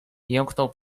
jęknął